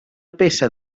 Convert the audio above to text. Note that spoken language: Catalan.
peça